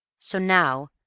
so now,